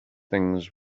things